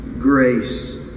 grace